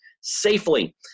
safely